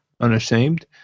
Unashamed